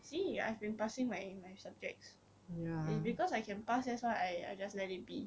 see I've been passing in my subjects because I can pass that's why I just let it be